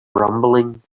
rumbling